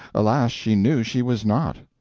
alas, she knew she was not.